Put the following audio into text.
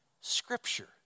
Scripture